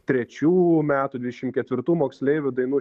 trečių metų dvidešim ketvirtų moksleivių dainų